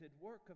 work